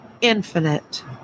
infinite